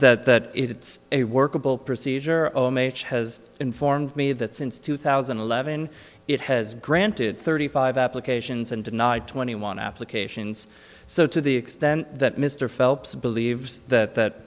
d that it's a workable procedure of m h has informed me that since two thousand and eleven it has granted thirty five applications and denied twenty one applications so to the extent that mr phelps believes that